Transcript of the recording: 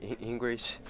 English